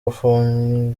bafungiye